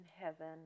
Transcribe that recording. heaven